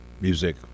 music